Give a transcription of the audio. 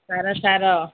ସାର ସାର